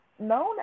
known